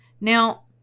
Now